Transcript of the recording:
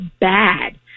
bad